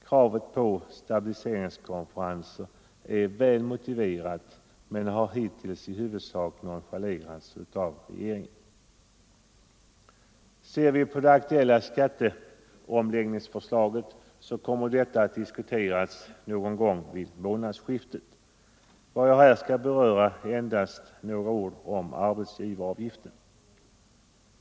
Kravet på stabiliseringskonferenser är väl motiverat men har hittills i huvudsak nonchalerats av regeringen. Det aktuella skatteomläggningsförslaget kommer att diskuteras någon gång vid månadsskiftet. Jag skall här med några ord endast beröra arbetsgivaravgiften.